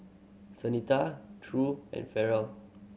Santina True and Ferrell